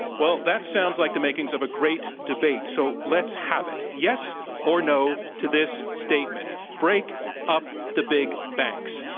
well, that sounds like the makings of a great debate, so let's have it. yes or no to this statement, break up the big banks,